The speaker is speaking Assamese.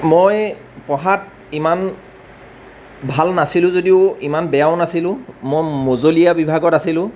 মই পঢ়াত ইমান ভাল নাছিলোঁ যদিও ইমান বেয়াও নাছিলোঁ মই মজলীয়া বিভাগত আছিলোঁ